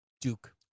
Duke